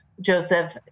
Joseph